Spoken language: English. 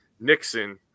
Nixon